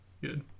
good